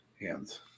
hands